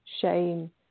shame